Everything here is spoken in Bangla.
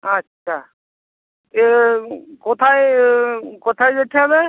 আচ্ছা এ কোথায় কোথায় যেতে হবে